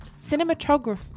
cinematography